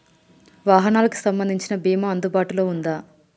వాహనాలకు సంబంధించిన బీమా అందుబాటులో ఉందా?